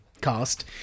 cast